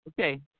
Okay